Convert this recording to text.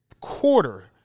quarter